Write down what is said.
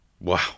wow